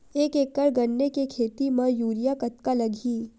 एक एकड़ गन्ने के खेती म यूरिया कतका लगही?